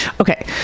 Okay